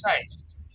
taste